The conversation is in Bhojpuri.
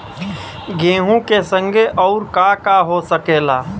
गेहूँ के संगे अउर का का हो सकेला?